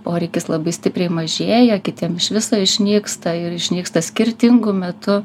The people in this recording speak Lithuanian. poreikis labai stipriai mažėja kitiem iš viso išnyksta ir išnyksta skirtingu metu